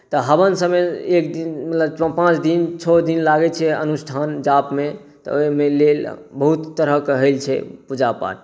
तऽ हवनसभमे एक दिन पाँच दिन छओ दिन लागैत छै अनुष्ठान जापमे तऽ ओहिमे लेल बहुत तरहक होइत छै पूजा पाठ